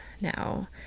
now